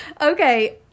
Okay